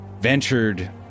ventured